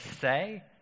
say